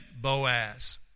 Boaz